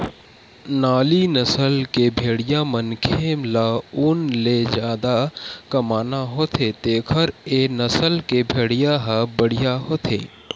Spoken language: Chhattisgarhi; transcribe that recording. नाली नसल के भेड़िया मनखे ल ऊन ले जादा कमाना होथे तेखर ए नसल के भेड़िया ह बड़िहा होथे